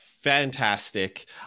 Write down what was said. fantastic